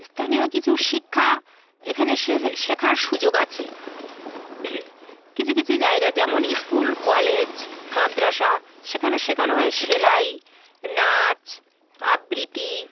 স্থানীয় কিছু শিক্ষা এখানে শেখার সুযোগ আছে কিছু কিছু জায়গা যেমন স্কুল কলেজ মাদ্রাসা সেখানে শেখানো হয় সেলাই নাচ আবৃত্তি